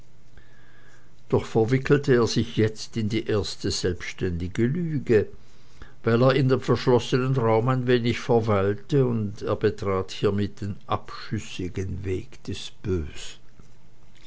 doch verwickelte er sich jetzt in die erste selbsttätige lüge weil er in dem verschlossenen raume ein wenig verweilte und er betrat hiemit den abschüssigen weg des bösen